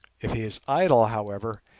if he is idle, however,